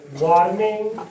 Warming